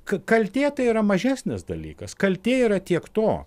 ka kaltė tai yra mažesnis dalykas kaltė yra tiek to